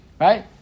right